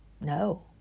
No